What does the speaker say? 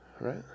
Right